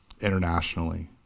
internationally